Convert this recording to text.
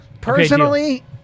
Personally